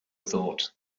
thought